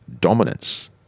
dominance